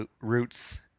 roots